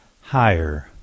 Higher